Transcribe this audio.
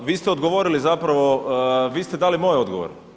Pa vi ste odgovorili, zapravo vi ste dali moj odgovor.